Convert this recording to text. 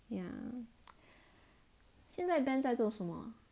ya 现在 ben 在做什么